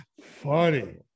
Funny